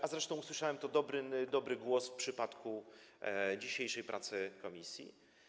A zresztą usłyszałem, to dobry głos w przypadku dzisiejszej pracy komisji.